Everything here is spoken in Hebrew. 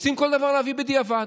רוצים כל דבר להביא בדיעבד.